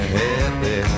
happy